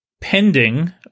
pending